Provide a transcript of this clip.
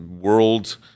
world